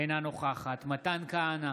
אינה נוכחת מתן כהנא,